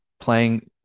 playing